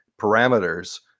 parameters